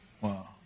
Wow